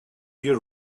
your